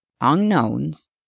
unknowns